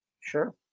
Sure